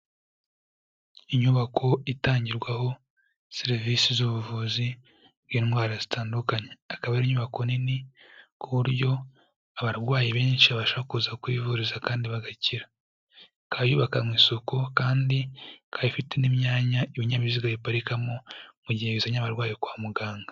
Inyubako itangirwaho serivisi z'ubuvuzi bw'indwara zitandukanye, akaba ari inyubako nini ku buryo abarwayi benshi babasha kuza kuhivuriza kandi bagakira. Ikaba yubakanywe isuku kandi ikaba ifite n'imyanya ibinyabiziga biparikamo mu gihe bizanye abarwayi kwa muganga.